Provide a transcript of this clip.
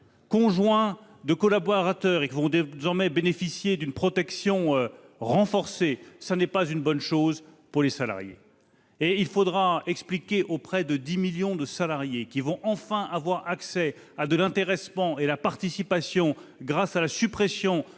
conjointes de collaborateurs, qui vont désormais bénéficier d'une protection renforcée, ne sont pas une bonne chose pour les salariés ; enfin, il faudra expliquer aux 10 millions de salariés qui vont enfin avoir accès à l'intéressement et à la participation grâce à la suppression